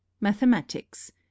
Mathematics